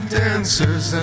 dancers